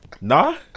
nah